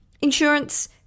Insurance